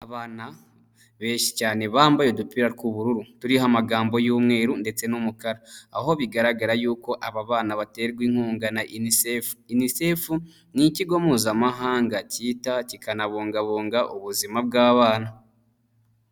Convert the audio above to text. Abana benshi cyane bambaye udupira tw'ubururu turiho amagambo y'umweru ndetse n'umukara, aho bigaragara yuko aba bana baterwa inkunga na inisefu. Inisefu ni ikigo mpuzamahanga cyita, kikanabungabunga ubuzima bw'abana.